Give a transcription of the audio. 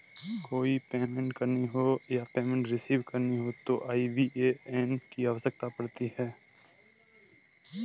कोई पेमेंट करनी हो या पेमेंट रिसीव करनी हो तो आई.बी.ए.एन की आवश्यकता पड़ती है